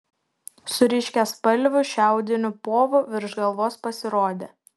su ryškiaspalviu šiaudiniu povu virš galvos pasirodė